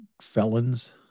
felons